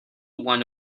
one